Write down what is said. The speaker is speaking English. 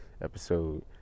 episode